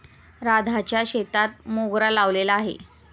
राधाच्या शेतात मोगरा लावलेला आहे